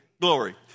Glory